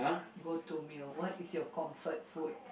go to meal what is your comfort food